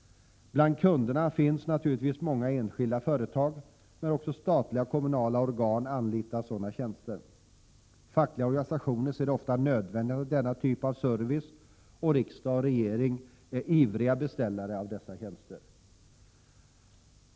Bland kunderna finns det naturligtvis många enskilda företag, men också statliga och kommunala organ anlitar sådana tjänster. Fackliga organisationer anser det ofta vara nödvändigt med denna typ av service, och riksdag och regering är ivriga beställare av dessa tjänster.